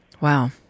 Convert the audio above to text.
wow